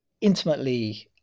intimately